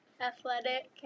athletic